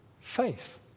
Faith